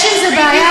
יש עם זה בעיה.